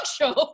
Show